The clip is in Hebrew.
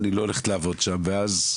אני לא הולכת לעבוד שם ואז,